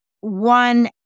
one